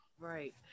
right